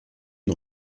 une